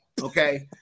Okay